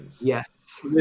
Yes